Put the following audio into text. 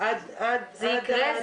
זה יקרה.